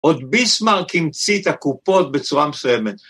עוד ביסמרק המציא את הקופות בצורה מסוימת.